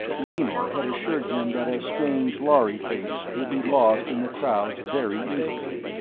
raynor had assured him that a strange lhari face would be lost in the crowds very easily.